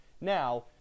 Now